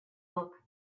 book